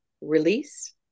release